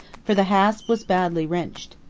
for the hasp was badly wrenched.